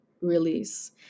release